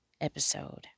episode